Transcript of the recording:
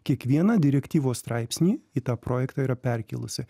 kiekvieną direktyvos straipsnį į tą projektą yra perkėlusi